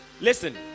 Listen